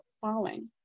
falling